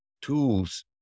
tools